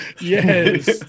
Yes